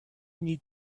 need